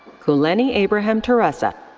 kuleni abreham teressa.